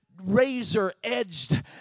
razor-edged